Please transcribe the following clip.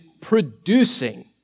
producing